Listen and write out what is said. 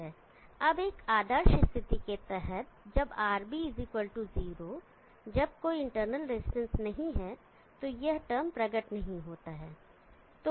अब एक आदर्श स्थिति के तहत जब RB 0 जब कोई इंटरनल रेजिस्टेंस नहीं है तो यह टर्म प्रकट नहीं होता है